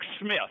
Smith